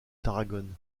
tarragone